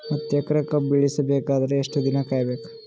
ಹತ್ತು ಎಕರೆ ಕಬ್ಬ ಇಳಿಸ ಬೇಕಾದರ ಎಷ್ಟು ದಿನ ಕಾಯಿ ಬೇಕು?